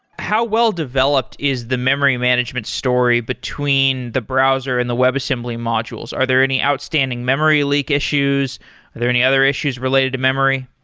how well-developed is the memory management story between the browser and the webassembly modules? are there any outstanding memory leak issues there any other issues related to memory?